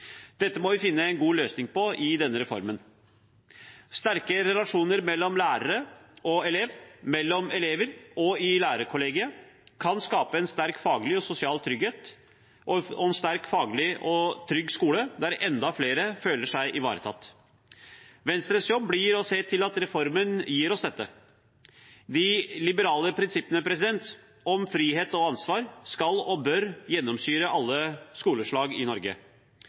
Dette må vi finne en god løsning på i denne reformen. Sterke relasjoner mellom lærere og elev, mellom elever og i lærerkollegiet kan skape en sterk faglig og sosial trygghet og en sterk faglig og trygg skole der enda flere føler seg ivaretatt. Venstres jobb blir å se til at reformen gir oss dette. De liberale prinsippene om frihet og ansvar skal og bør gjennomsyre alle skoleslag i Norge.